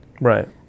Right